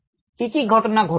কি কি ঘটনা ঘটে থাকে